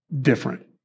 different